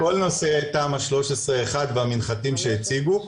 על כל נושא תמ"א 13/ 1 במנחתים שהציגו,